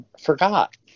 forgot